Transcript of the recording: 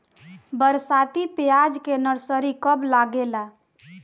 बरसाती प्याज के नर्सरी कब लागेला?